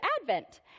Advent